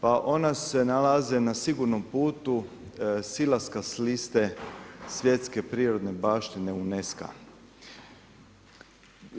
Pa ona se nalaze na sigurnom putu silaska s liste svjetske prirodne baštine UNESCO-a.